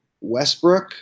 Westbrook